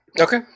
Okay